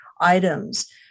items